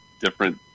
different